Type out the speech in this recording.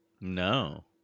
No